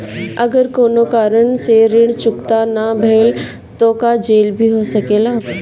अगर कौनो कारण से ऋण चुकता न भेल तो का जेल भी हो सकेला?